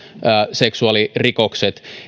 seksuaalirikokset